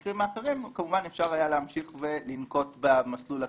כמובן אפשר היה להמשיך לנקוט במסלול הקיים.